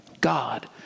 God